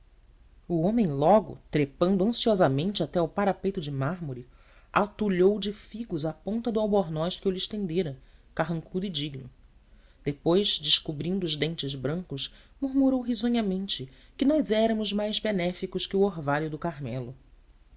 o homem logo trepando ansiosamente até ao parapeito de mármore atulhou de figos a ponta do albornoz que eu lhe estendera carrancudo e digno depois descobrindo os dentes brancos murmurou risonhamente que nós éramos mais benéficos que o orvalho do carmelo